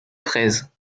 fraises